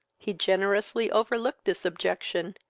he generously overlooked this objection,